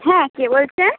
হ্যাঁ কে বলছেন